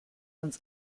uns